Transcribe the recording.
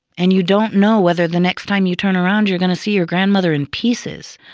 and you don't know whether the next time you turn around you're going see your grandmother in pieces.